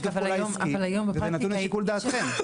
העולמות של שיתוף פעולה עסקי זה נתון לשיקול דעתכם.